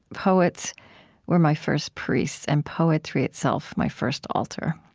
poets were my first priests, and poetry itself my first altar.